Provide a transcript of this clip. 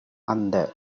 அந்த